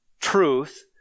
truth